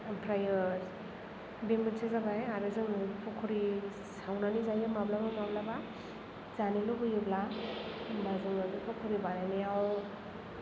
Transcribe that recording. ओमफ्रायो बे मोनसे जाबाय आरो जों पक'रि सावनानै जायो माब्लाबा माब्लाबा जानो लुबैयोब्ला होनबा जोङो पक'रि बानायनायाव